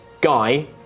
Guy